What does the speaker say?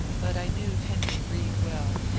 but i knew henry reed well,